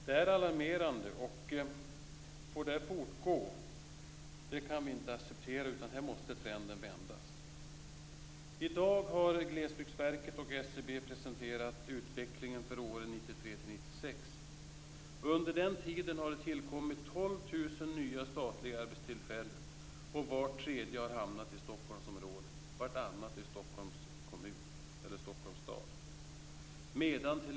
Detta är alarmerande. Vi kan inte acceptera att det får fortgå, utan trenden måste vändas. I dag har Glesbygdsverket och SCB presenterat utvecklingen för åren 1993-1996. Under den tiden har det tillkommit 12 000 nya statliga arbetstillfällen. Vart tredje har hamnat i Stockholmsområdet och vartannat i Stockholms stad.